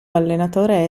allenatore